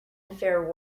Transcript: unfair